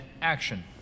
action